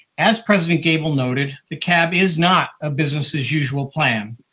as president gabel noted, the cab is not a business as usual plan.